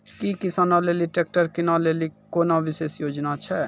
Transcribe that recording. कि किसानो लेली ट्रैक्टर किनै लेली कोनो विशेष योजना छै?